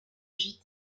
gîte